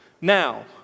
Now